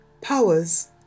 powers